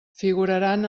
figuraran